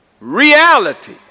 reality